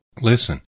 Listen